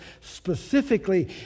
specifically